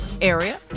area